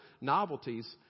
novelties